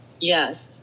Yes